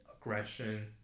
aggression